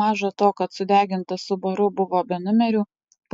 maža to kad sudegintas subaru buvo be numerių